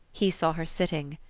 he saw her sitting.